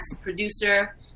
producer